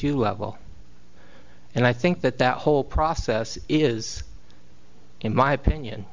u level and i think that that whole process is in my opinion